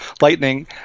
lightning